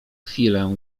chwilę